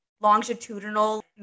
longitudinal